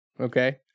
okay